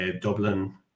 dublin